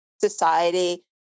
society